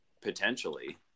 potentially